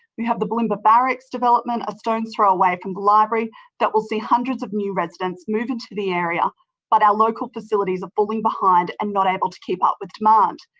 we have the bulimba barracks development a stone's throw away from the library that will see hundreds of new residents move into the area but our local facilities are falling behind and not able to keep up with demand.